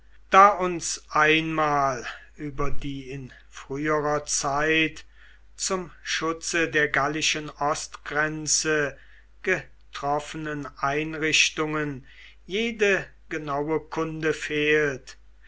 da uns einmal über die in früherer zeit zum schutz der gallischen ostgrenze getroffenen einrichtungen jede genaue kunde fehlt